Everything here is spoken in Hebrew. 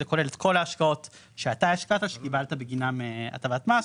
זה כולל את כל ההשקעות שאתה השקעת שקיבלת בגינם הטבת מס,